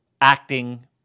acting